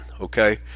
okay